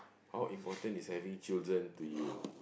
how important is having children to you